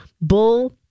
bull